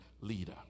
leader